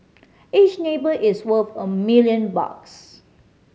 each neighbour is worth a million bucks